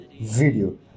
video